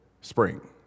spring